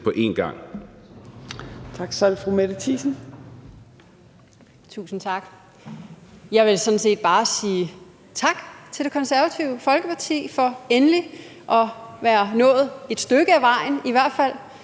på én gang.